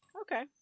Okay